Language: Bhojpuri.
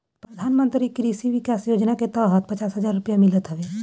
प्रधानमंत्री कृषि विकास योजना के तहत पचास हजार रुपिया मिलत हवे